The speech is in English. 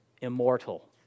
immortal